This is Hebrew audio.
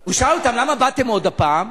הוא שאל אותם: למה באתם עוד הפעם?